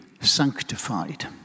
sanctified